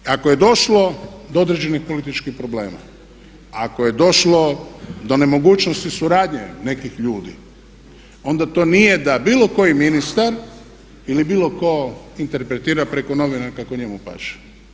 Ako je došlo do određenih političkih problema, ako je došlo do nemogućnosti suradnje nekih ljudi onda to nije da bio koji ministar ili bilo tko interpretira preko novina kako njemu paše.